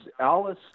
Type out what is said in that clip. alice